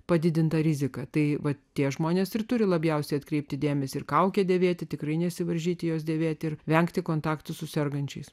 padidintą riziką tai vat tie žmonės ir turi labiausiai atkreipti dėmesį ir kaukę dėvėti tikrai nesivaržyti jos dėvėti ir vengti kontaktų su sergančiais